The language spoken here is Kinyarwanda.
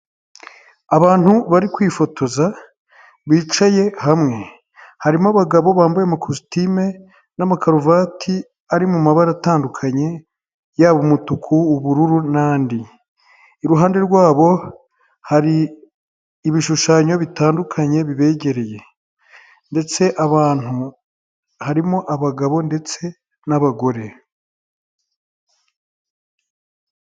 Abantu bari kwifotoza bicaye hamwe harimo abagabo bambaye amakositime n'amakaruvati ari mu mabara atandukanye yaba umutuku ubururu n'andi, iruhande rwabo hari ibishushanyo bitandukanye bibegereye ndetse abantu harimo abagabo ndetse n'abagore.